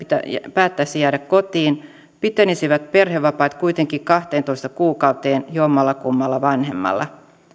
päättäisi jäädä kotiin pitenisivät perhevapaat kuitenkin kahteentoista kuukauteen jommallakummalla vanhemmalla